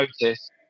notice